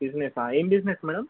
బిజినేసా ఏం business madam